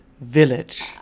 Village